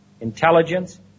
intelligence